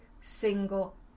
single